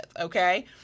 okay